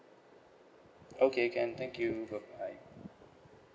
okay can thank you bye bye